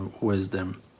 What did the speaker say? wisdom